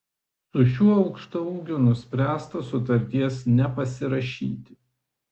su šiuo aukštaūgiu nuspręsta sutarties nepasirašyti